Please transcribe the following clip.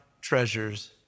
treasures